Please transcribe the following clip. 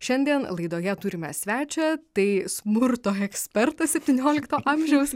šiandien laidoje turime svečią tai smurto ekspertas septyniolikto amžiaus